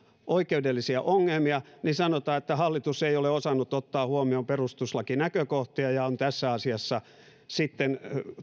oikeudellisia ongelmia niin sanotaan että hallitus ei ole osannut ottaa huomioon perustuslakinäkökohtia ja on tässä asiassa sitten